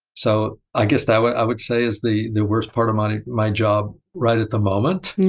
so i guess i would i would say is the the worst part of my my job right at the moment.